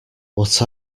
what